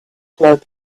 club